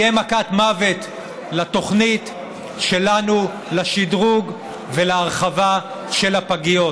יהיה מכת מוות לתוכנית שלנו לשדרוג ולהרחבה של הפגיות,